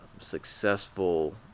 successful